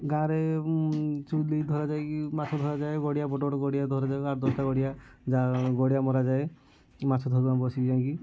ଗାଁରେ ଚୁଲି ଧରାଯାଇକି ମାଛ ଧରାଯାଏ ଗଡ଼ିଆ ବଡ଼ ବଡ଼ ଗଡ଼ିଆ ଧରାଯାଏ ଆଠ ଦଶଟା ଗଡ଼ିଆ ଗଡ଼ିଆ ମରାଯାଏ ମାଛ ଧରୁ ଆମେ ବସିକି ଯାଇକି